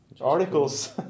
articles